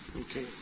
Okay